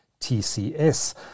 TCS